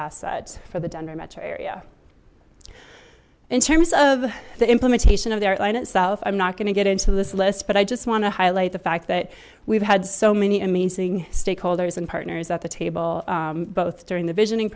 asset for the denver metro area in terms of the implementation of the art line itself i'm not going to get into this list but i just want to highlight the fact that we've had so many amazing stakeholders and partners at the table both during the visioning